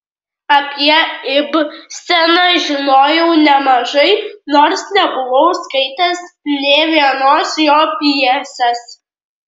apie ibseną žinojau nemažai nors nebuvau skaitęs nė vienos jo pjesės